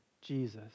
Jesus